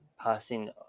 passing